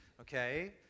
Okay